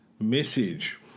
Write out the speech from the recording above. message